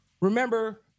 Remember